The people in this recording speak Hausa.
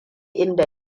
inda